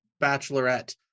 bachelorette